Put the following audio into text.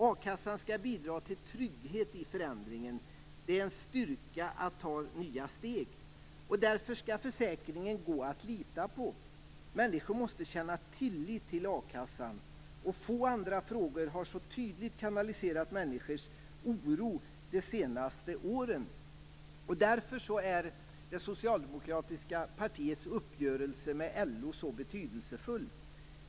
A-kassan skall bidra till trygghet i förändringen. Det är en styrka att ta nya steg. Därför skall det gå att lita på försäkringen. Människor måste känna tillit till a-kassan. Få andra frågor har så tydligt kanaliserat människors oro de senaste åren. Därför är det socialdemokratiska partiets uppgörelse med LO så betydelsefull.